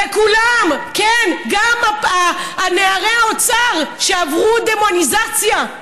כולם, כן, גם נערי האוצר, שעברו דמוניזציה,